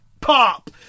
Pop